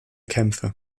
kämpfe